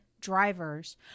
drivers